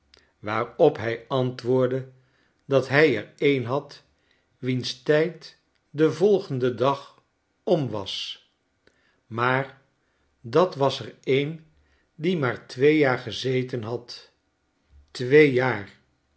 waarop hij antwoordde dat hij er een had wiens tijd den volgenden dag om was maar dat was er een die maar twee jaar gezeten had twee jaar